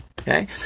okay